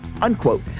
unquote